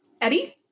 Eddie